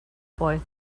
boy